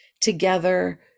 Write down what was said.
together